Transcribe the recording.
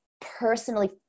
personally